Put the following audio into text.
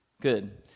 good